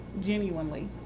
genuinely